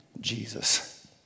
Jesus